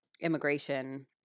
immigration